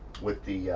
with the